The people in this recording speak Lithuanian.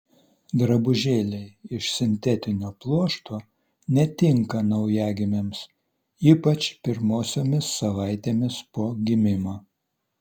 drabužėliai iš sintetinio pluošto netinka naujagimiams ypač pirmosiomis savaitėmis po gimimo